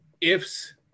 ifs